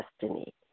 destiny